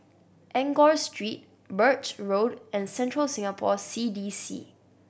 Enggor Street Birch Road and Central Singapore C D C